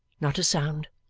not a sound.